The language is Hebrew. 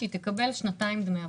שהיא תקבל שנתיים דמי אבטלה.